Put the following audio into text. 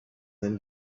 then